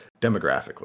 demographically